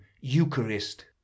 eucharist